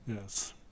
Yes